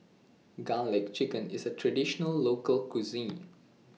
Garlic Chicken IS A Traditional Local Cuisine